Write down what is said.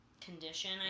condition